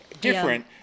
different